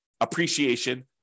appreciation